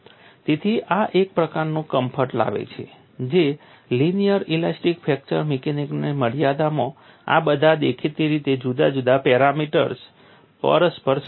તેથી આ એક પ્રકારનો કમ્ફર્ટ લાવે છે જે લિનિયર ઇલાસ્ટિક ફ્રેક્ચર મિકેનિક્સની મર્યાદામાં આ બધા દેખીતી રીતે જુદા જુદા પેરામીટર્સ પરસ્પર સંકળાયેલા છે